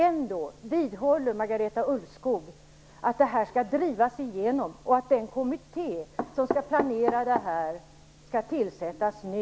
Ändå vidhåller Marita Ulvskog att förslaget skall drivas igenom och att den kommitté som skall planera det här skall tillsättas nu.